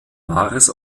wahres